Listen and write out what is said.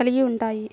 కలిగి ఉంటాయి